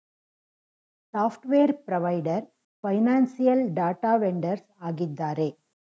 software provider, financial data vendors ಆಗಿದ್ದಾರೆ